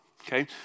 okay